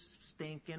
stinking